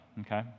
okay